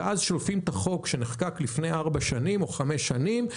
שולפים את החוק שנחקק לפני ארבע או חמש שנים,